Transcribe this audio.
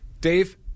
Dave